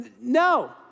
No